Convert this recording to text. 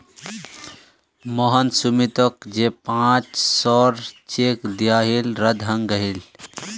मोहन सुमीतोक जे पांच सौर चेक दियाहिल रद्द हंग गहील